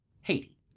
Haiti